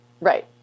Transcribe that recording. Right